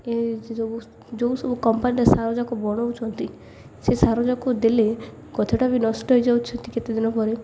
ଏ ଯେଉଁ ଯେଉଁ ସବୁ କମ୍ପାନୀର ସାରଯାକ ବନାଉଛନ୍ତି ସେ ସାରଯାକୁ ଦେଲେ କଥାଟା ବି ନଷ୍ଟ ହୋଇଯାଉଛନ୍ତି କେତେ ଦିନ ପରେ